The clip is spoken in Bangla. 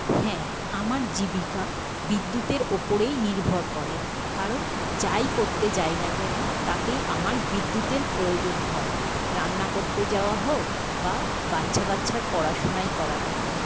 হ্যাঁ আমার জীবিকা বিদ্যুতের ওপরেই নির্ভর করে কারণ যাই করতে যাই না কেন তাতেই আমার বিদ্যুতের প্রয়োজন হয় রান্না করতে যাওয়া হোক বা বাচ্চা কাচ্ছার পড়াশুনাই করানো হোক